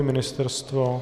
Ministerstvo?